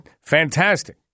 fantastic